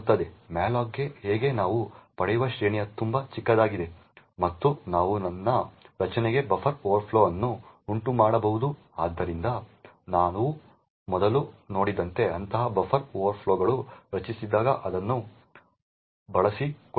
malloc ಗೆ ಹೀಗೆ ನಾವು ಪಡೆಯುವ ಶ್ರೇಣಿಯು ತುಂಬಾ ಚಿಕ್ಕದಾಗಿದೆ ಮತ್ತು ನಾವು ನನ್ನ ರಚನೆಗೆ ಬಫರ್ ಓವರ್ಫ್ಲೋ ಅನ್ನು ಉಂಟುಮಾಡಬಹುದು ಆದ್ದರಿಂದ ನಾವು ಮೊದಲು ನೋಡಿದಂತೆ ಅಂತಹ ಬಫರ್ ಓವರ್ಫ್ಲೋಗಳನ್ನು ರಚಿಸಿದಾಗ ಅದನ್ನು ಬಳಸಿಕೊಳ್ಳಬಹುದು